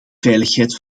veiligheid